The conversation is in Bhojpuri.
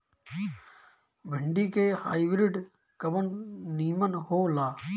भिन्डी के हाइब्रिड कवन नीमन हो ला?